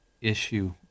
issue